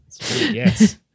Yes